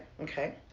Okay